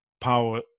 power